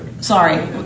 Sorry